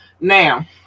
Now